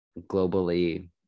globally